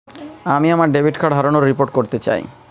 আমি আমার debit card হারানোর রিপোর্ট করতে চাই